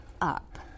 up